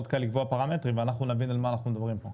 קל לקבוע פרמטרים ואנחנו נבין כל מה אנחנו מדברים פה.